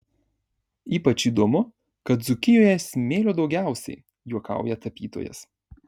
ypač įdomu kad dzūkijoje smėlio daugiausiai juokauja tapytojas